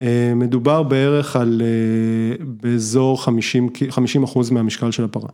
מדובר בערך על, באזור 50 אחוז מהמשקל של הפרה.